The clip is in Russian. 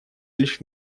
лишь